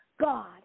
God